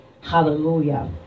hallelujah